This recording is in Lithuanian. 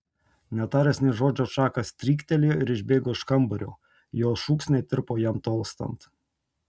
netaręs nė žodžio čakas stryktelėjo ir išbėgo iš kambario jo šūksniai tirpo jam tolstant